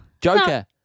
Joker